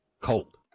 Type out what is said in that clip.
cold